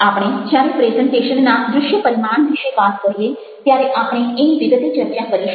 આપણે જ્યારે પ્રેઝન્ટેશનના દ્રશ્ય પરિમાણ વિશે વાત કરીએ ત્યારે આપણે એની વિગતે ચર્ચા કરીશું